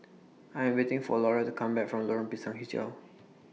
I Am waiting For Laura to Come Back from Lorong Pisang Hijau